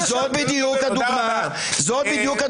בחוקי-היסוד בניסוח שעליו דיברנו הניסוח הזה יימחק,